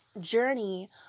journey